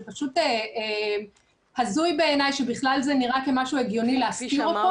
זה פשוט הזוי בעיני שבכלל זה נראה כמשהו הגיוני להסתיר אותו.